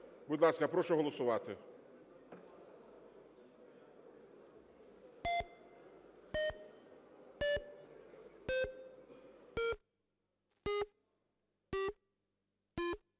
Будь ласка, прошу голосувати.